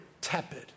tepid